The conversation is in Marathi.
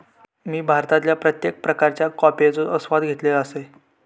मी भारतातील प्रत्येक प्रकारच्या कॉफयेचो आस्वाद घेतल असय